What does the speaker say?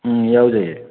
ꯎꯝ ꯌꯥꯎꯖꯩꯌꯦ